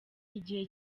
igihe